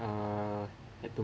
uh I don't